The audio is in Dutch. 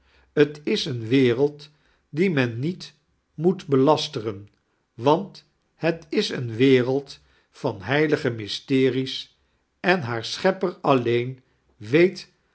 het is eene wereld die men niet moet belasteren want het is eene wereld van hecldge mysteries en haar schepper alleen weet